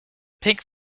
pink